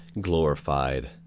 glorified